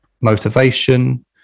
motivation